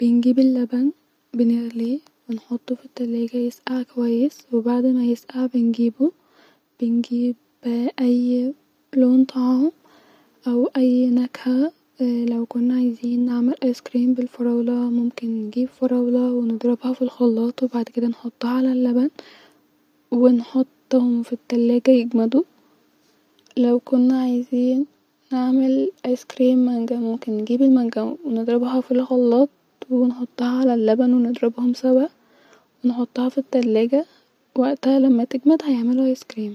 بنجيب اللبن بنغليه وبنحطو في التلاجه يسقع كويس-وبعد ما يسقع بنجيبو- وبنجيب اي لون طعام او اي نكهه لو كنا عايزين نعمل ايس كريم بالفراولة ممكن نجيب فروله ونحطها في الخلاط وبعد كده نحطها علي اللبن-ونحطهم في التلاجه يجمدو-لو كنا عايزن نعمل ايس كريم مانجا ممكن نجيب المنجا ونضربها في الخلاط ونحطها علي اللبن ونضربهم سوا- و نحطها في التلاجه واقتها لما تجمد هيعملو ايس كريم